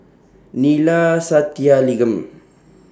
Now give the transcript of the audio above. Neila Sathyalingam